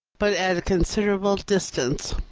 but at a considerable distance.